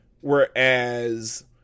Whereas